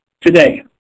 Today